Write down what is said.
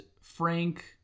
Frank